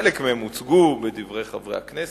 חלק מהם הוצגו בדברי חברי הכנסת,